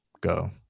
go